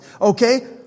Okay